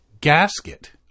gasket